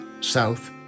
south